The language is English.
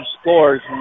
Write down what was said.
scores